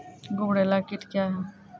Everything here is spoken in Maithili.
गुबरैला कीट क्या हैं?